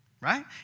right